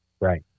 right